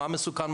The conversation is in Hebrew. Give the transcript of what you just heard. מה מסוכן,